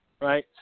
right